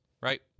right